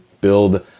build